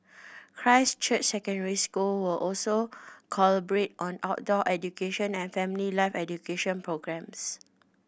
Christ Church Secondary will also collaborate on outdoor education and family life education programmes